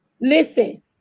Listen